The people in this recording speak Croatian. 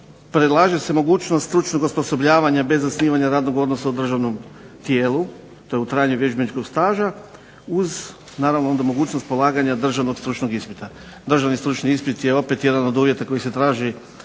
predlaže se mogućnost stručnog osposobljavanja bez zasnivanja radnog odnosa u državnom tijelu. To je u trajanju vježbeničkog staža uz naravno onda mogućnost polaganja državnog stručnog ispita. Državni stručni ispit je opet jedan od uvjeta koji se traži